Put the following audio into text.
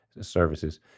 services